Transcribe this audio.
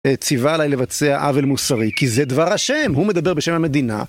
ציווה עליי לבצע עוול מוסרי, כי זה דבר השם, הוא מדבר בשם המדינה.